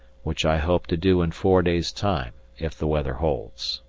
which i hope to do in four days' time if the weather holds.